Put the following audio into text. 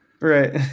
Right